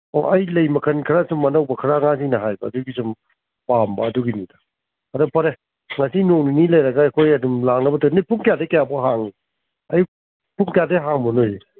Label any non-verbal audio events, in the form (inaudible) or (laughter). ꯑꯣ ꯑꯩ ꯂꯩ ꯃꯈꯜ ꯈꯔ ꯁꯨꯝ ꯑꯅꯧꯕ ꯈꯔ ꯑꯉꯥꯡꯁꯤꯡꯅ ꯍꯥꯏꯕ ꯑꯗꯨꯒꯤ ꯁꯨꯝ ꯄꯥꯝꯕ ꯑꯗꯨꯒꯤꯅꯤꯗ ꯑꯗꯣ ꯐꯔꯦ ꯉꯁꯤ ꯅꯣꯡ ꯅꯤꯅꯤ ꯂꯩꯔꯒ ꯑꯩꯈꯣꯏ ꯑꯗꯨꯝ ꯂꯥꯛꯅꯕ (unintelligible) ꯅꯣꯏ ꯄꯨꯡ ꯀꯌꯥꯗꯒꯤ ꯀꯌꯥꯐꯥꯎꯕ ꯍꯥꯡꯏ ꯑꯌꯨꯛ ꯄꯨꯡ ꯀꯌꯥꯗꯒꯤ ꯍꯥꯡꯕ ꯅꯣꯏꯁꯦ